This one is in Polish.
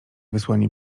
wysłanie